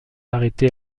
arrêter